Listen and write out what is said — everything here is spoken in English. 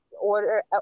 order